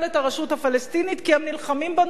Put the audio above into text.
הפלסטינית כי הם נלחמים בנו באו"ם.